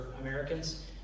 Americans